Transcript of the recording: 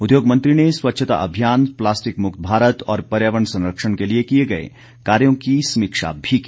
उद्योग मंत्री ने स्वच्छता अभियान प्लास्टिक मुक्त भारत और पर्यावरण संरक्षण के लिए किए गए कार्यो की समीक्षा भी की